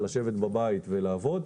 לשבת בבית ולעבוד.